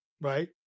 right